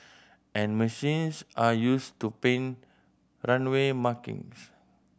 and machines are used to paint runway markings